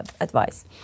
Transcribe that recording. advice